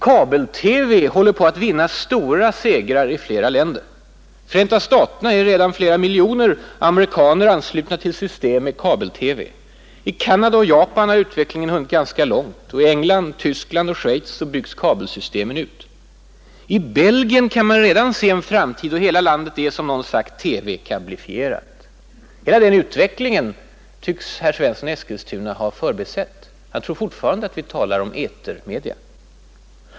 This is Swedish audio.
Kabel-TV håller på att vinna stora segrar i flera länder. I Förenta staterna är redan flera miljoner amerikaner anslutna till system med kabel-TV, i Canada och Japan har utvecklingen hunnit ganska långt, och i England, Tyskland och Schweiz byggs kabelsystemen ut. I Belgien kan man redan se en framtid då hela landet är, som någon sagt, TV-kablifierat. Hela den utvecklingen tycks herr Svensson i Eskilstuna ha förbisett. Han tror fortfarande att vi talar om etermedia.